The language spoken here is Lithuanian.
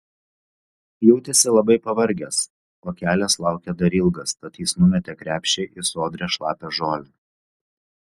jautėsi labai pavargęs o kelias laukė dar ilgas tad jis numetė krepšį į sodrią šlapią žolę